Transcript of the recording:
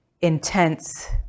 intense